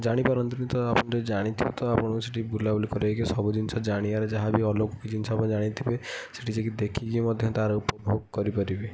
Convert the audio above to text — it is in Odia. ଜାଣିପାରନ୍ତିନି ତ ଆମେ ଜାଣିଥିବେ ତ ଆପଣ ସେଠି ବୁଲାବୁଲି କରେଇକି ସବୁ ଜିନିଷ ଜାଣିବାର ଯାହା ବି ଅଲୌକିକ ଜିନିଷ ଆପଣ ଜାଣିଥିବେ ସେଠି ଯାଇକି ଦେଖିକି ମଧ୍ୟ ତା'ର ଉପଭୋଗ କରିପାରିବେ